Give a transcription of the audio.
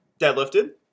deadlifted